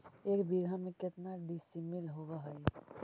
एक बीघा में केतना डिसिमिल होव हइ?